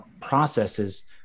processes